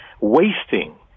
wasting